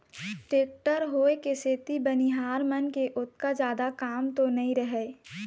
tractor होय के सेती बनिहार मन के ओतका जादा काम तो नइ रहय